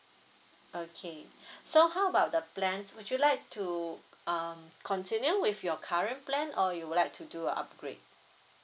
okay so how about the plans would you like to um continue with your current plan or you would like to do a upgrade